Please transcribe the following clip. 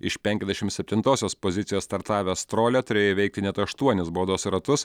iš penkiasdešim septintosios pozicijos startavęs strolia turėjo įveikti net aštuonis baudos ratus